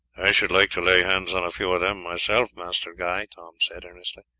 i should like to lay hands on a few of them myself, master guy, tom said earnestly,